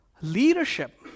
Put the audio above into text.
leadership